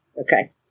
Okay